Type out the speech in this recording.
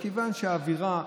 מכיוון שהאווירה,